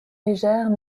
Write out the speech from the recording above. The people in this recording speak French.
légères